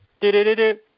Do-do-do-do